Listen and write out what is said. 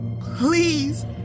Please